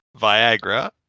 Viagra